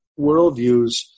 worldviews